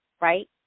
right